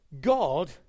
God